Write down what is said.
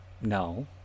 no